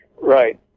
Right